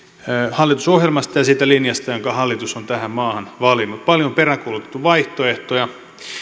hallitusohjelmasta ja siitä linjasta jonka hallitus on tähän maahan valinnut paljon on peräänkuulutettu vaihtoehtoja